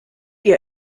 ihr